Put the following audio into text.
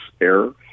error